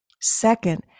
Second